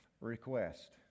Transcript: request